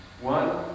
One